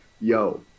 yo